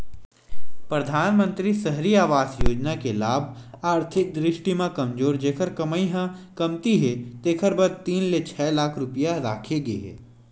परधानमंतरी सहरी आवास योजना के लाभ आरथिक दृस्टि म कमजोर जेखर कमई ह कमती हे तेखर बर तीन ले छै लाख रूपिया राखे गे हे